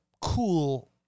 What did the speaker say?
cool